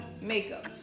makeup